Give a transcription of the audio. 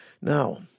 Now